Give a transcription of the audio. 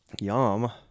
Yum